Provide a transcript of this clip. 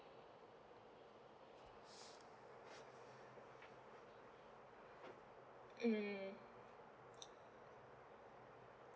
mm